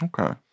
Okay